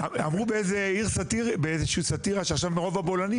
אמרו באיזושהי סטירה שעכשיו מרוב הבולענים,